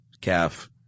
calf